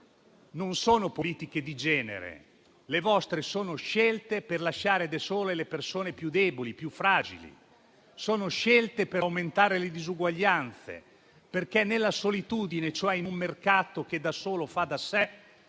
Non sono politiche di genere, le vostre sono scelte per lasciare da sole le persone più deboli, più fragili. Sono scelte per aumentare le disuguaglianze, perché nella solitudine, cioè in un mercato che da solo fa da sé,